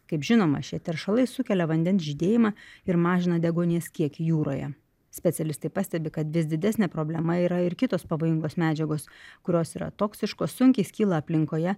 kaip žinoma šie teršalai sukelia vandens žydėjimą ir mažina deguonies kiekį jūroje specialistai pastebi kad vis didesnė problema yra ir kitos pavojingos medžiagos kurios yra toksiškos sunkiai skyla aplinkoje